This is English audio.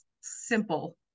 simple